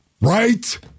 Right